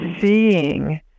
seeing